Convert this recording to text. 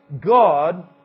God